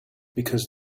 because